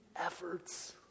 efforts